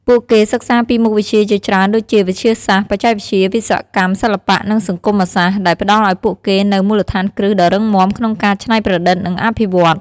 ពួកគេសិក្សាពីមុខវិជ្ជាជាច្រើនដូចជា វិទ្យាសាស្ត្រ បច្ចេកវិទ្យា វិស្វកម្ម សិល្បៈ និងសង្គមសាស្ត្រ ដែលផ្ដល់ឱ្យពួកគេនូវមូលដ្ឋានគ្រឹះដ៏រឹងមាំក្នុងការ ច្នៃប្រឌិត និងអភិវឌ្ឍ។